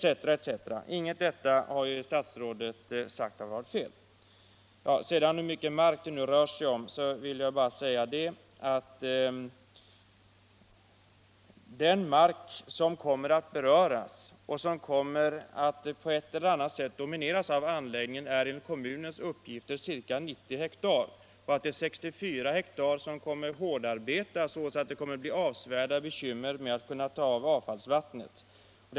Inget av detta har statsrådet sagt var fel. När det gäller det berörda markområdets storlek vill jag bara säga att kommunen uppger att den mark som kommer att på ett eller annat sätt domineras av anläggningen omfattar ca 90 hektar och att 64 hektar — Nr 71 kommer att hårdarbetas så att det blir avsevärda bekymmer med av Tisdagen den fallsvattnet där.